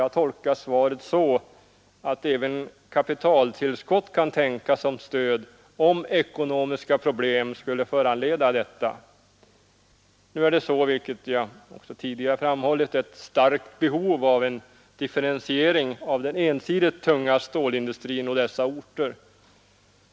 Jag tolkar svaret så att även kapitaltillskott kan tänkas som stöd om ekonomiska problem skulle föranleda detta. Det finns, vilket jag också tidigare framhållit, ett starkt behov av en differentiering av den ensidigt tunga stålindustrin på dessa orter.